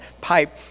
pipe